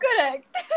correct